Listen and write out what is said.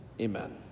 Amen